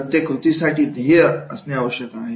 प्रत्येक कृतीसाठी ध्येय असणे आवश्यक आहे